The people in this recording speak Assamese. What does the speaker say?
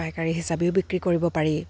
পাইকাৰী হিচাপেও বিক্ৰী কৰিব পাৰি